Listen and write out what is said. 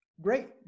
great